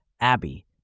Abby